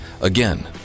Again